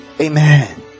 Amen